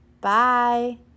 Bye